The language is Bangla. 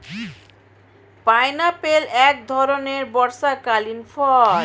পাইনাপেল এক ধরণের বর্ষাকালীন ফল